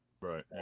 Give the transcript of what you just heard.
Right